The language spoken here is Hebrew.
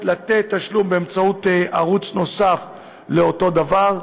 לתשלום באמצעות ערוץ נוסף לאותו דבר.